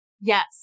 Yes